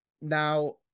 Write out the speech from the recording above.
Now